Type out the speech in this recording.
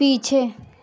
पीछे